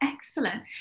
Excellent